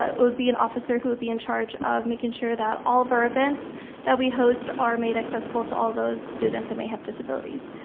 ah it would be an officer who would be in charge of making sure that all of our events that we host our made accessible to all those students that may have disabilities.